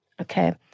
okay